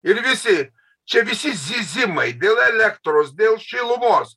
ir visi čia visi zyzimai dėl elektros dėl šilumos